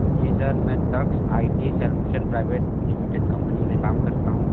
जी sir मैं Taksh I T solutions private limited company में काम करता हूँ